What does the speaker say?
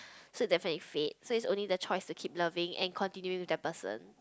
so definitely fade so it's only the choice to keep loving and continuing with that person